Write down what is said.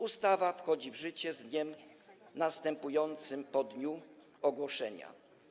Ustawa wchodzi w życie z dniem następującym po dniu ogłoszenia.